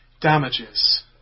damages